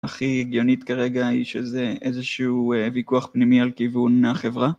הכי הגיונית כרגע היא שזה איזשהו ויכוח פנימי על כיוון החברה.